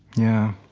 yeah.